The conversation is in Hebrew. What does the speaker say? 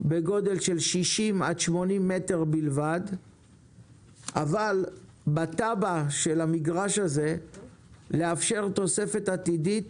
בגודל של 60-80 מטרים בלבד אבל בתב"ע של המגרש לאפשר תוספת עתידית